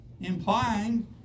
implying